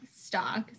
stocks